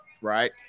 right